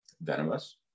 venomous